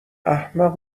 احمق